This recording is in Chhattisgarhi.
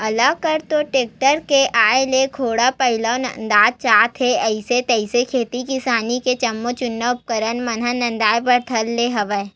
आल कल तो टेक्टर के आय ले गाड़ो बइलवो नंदात जात हे अइसे तइसे खेती किसानी के जम्मो जुन्ना उपकरन मन ह नंदाए बर धर ले हवय